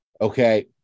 Okay